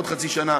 עוד חצי שנה.